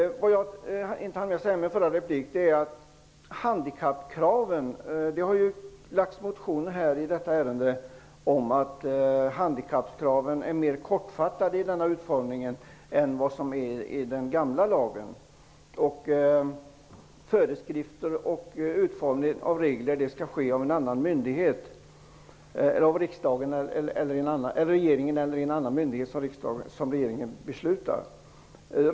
Det har väckts motioner i detta ärende om handikappkraven. Man påpekar att handikapppkraven är mer kortfattade i denna utformning av lagen än i den gamla lagen. Utformningen av regler och föreskrifter skall skötas av en annan myndighet än riksdagen.